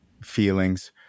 feelings